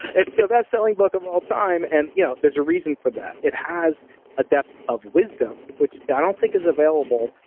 so that's selling book of all time and you know there's a reason for that. it has a depth of wisdom, which i don't think is available,